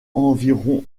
environ